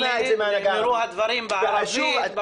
נאמרו הדברים בערבית.